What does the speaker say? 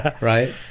right